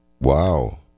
Wow